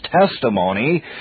testimony